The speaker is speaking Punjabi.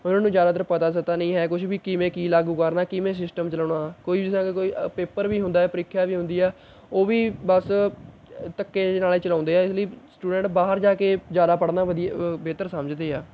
ਉਹਨਾਂ ਨੂੰ ਜ਼ਿਆਦਾਤਰ ਪਤਾ ਸਤਾ ਨਹੀਂ ਹੈ ਕੁਛ ਵੀ ਕਿਵੇਂ ਕੀ ਲਾਗੂ ਕਰਨਾ ਕਿਵੇਂ ਸਿਸਟਮ ਚਲਾਉਣਾ ਕੋਈ ਪੇਪਰ ਵੀ ਹੁੰਦਾ ਪ੍ਰੀਖਿਆ ਵੀ ਹੁੰਦੀ ਆ ਉਹ ਵੀ ਬਸ ਧੱਕੇ ਜਿਹੇ ਨਾਲ ਹੀ ਚਲਾਉਂਦੇ ਹੈ ਇਸ ਲਈ ਸਟੂਡੈਂਟ ਬਾਹਰ ਜਾ ਕੇ ਜ਼ਿਆਦਾ ਪੜ੍ਹਨਾ ਵਧੀਆ ਬਿਹਤਰ ਸਮਝਦੇ ਆ